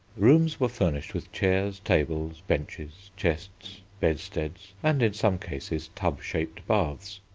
rooms were furnished with chairs, tables, benches, chests, bedsteads, and, in some cases, tub-shaped baths.